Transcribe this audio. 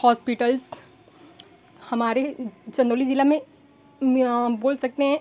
hospitals हमारे चंदौली जिला में बोल सकते हैं